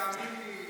תאמין לי,